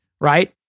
right